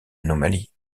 anomalie